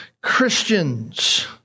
Christians